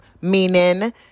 meaning